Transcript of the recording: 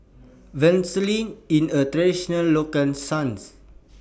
Vermicelli IS A Traditional Local Cuisine